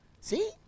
See